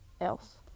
else